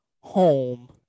home